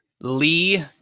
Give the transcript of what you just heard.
Lee